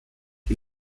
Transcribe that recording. die